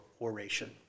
oration